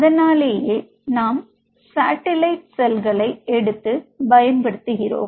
அதனாலேயே நாம் சாட்டிலைட் செல்களை எடுத்து பயன்படுத்துகிறோம்